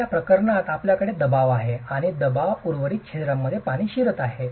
तर या प्रकरणात आपल्याकडे दबाव आहे आणि दबाव उर्वरित छिद्रांमध्ये पाणी शिरत आहे